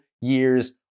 years